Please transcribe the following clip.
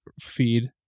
feed